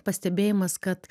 pastebėjimas kad